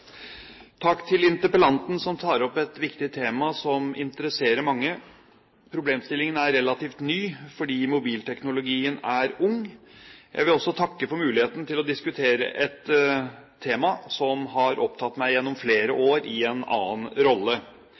Takk til interpellanten, som tar opp et viktig tema som interesserer mange. Problemstillingen er relativt ny, fordi mobilteknologien er ung. Jeg vil også takke for muligheten til å diskutere et tema som har opptatt meg gjennom flere år i en annen rolle.